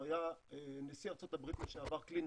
הוא היה נשיא ארצות הברית לשעבר, קלינטון.